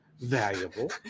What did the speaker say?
valuable